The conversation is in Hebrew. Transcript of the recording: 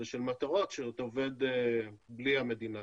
ושל מטרות או שאתה עובד בלי המדינה.